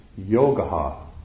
yogaha